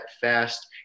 fast